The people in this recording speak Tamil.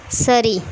சரி